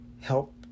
help